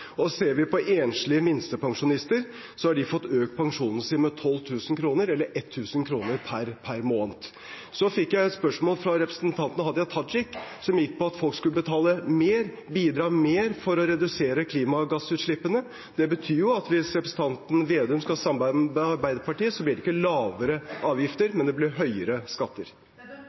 Ser vi på enslige minstepensjonister, har de fått økt pensjonen sin med 12 000 kr, eller 1 000 kr per måned. Så fikk jeg et spørsmål fra representanten Hadia Tajik som gikk på at folk skulle betale mer, bidra mer, for å redusere klimagassutslippene. Det betyr jo at hvis representanten Vedum skal samarbeide med Arbeiderpartiet, blir det ikke lavere avgifter, men høyere skatter.